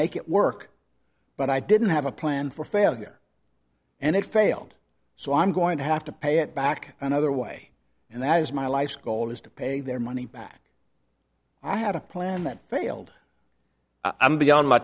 make it work but i didn't have a plan for failure and it failed so i'm going to have to pay it back another way and that is my life's goal is to pay their money back i had a plan that failed i'm beyond my